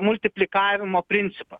multiplikavimo principą